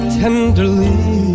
tenderly